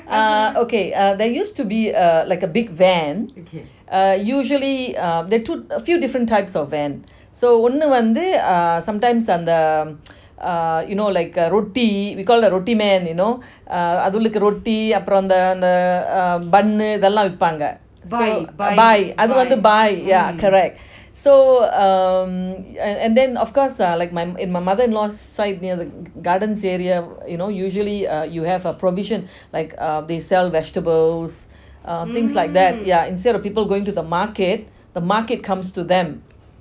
uh okay uh there used to be err like a big van err usually uh there two~ few different types of vans ஒன்னு வந்து:onnu vanthu sometimes ah the uh you know like the roti we call that roti man you know அது உள்ள:athu ulla roti அப்புறம் அந்த அந்த:apram antha antha err uh bun அதுலாம் விப்பாங்க:athulam vipanga buy yeah correct அது வந்து:athu vanthu so um and then of course uh like my m~ in my mother-in-law's side near the garden area you know usually uh you have uh provision like err they sell vegetables um things like that yeah instead of people going to the market the market comes to them you know yeah